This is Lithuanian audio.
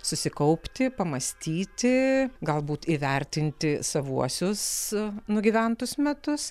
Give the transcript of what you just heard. susikaupti pamąstyti galbūt įvertinti savuosius nugyventus metus